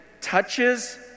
touches